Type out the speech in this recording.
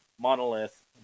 monolith